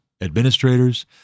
administrators